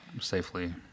Safely